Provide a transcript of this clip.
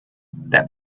that